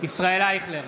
ישראל אייכלר,